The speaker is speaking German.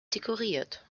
dekoriert